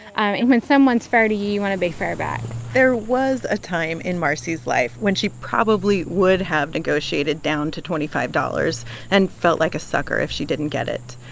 and when someone's fair to you, you want to be fair back there was a time in marcie's life when she probably would have negotiated down to twenty five dollars and felt like a sucker if she didn't get it.